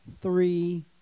three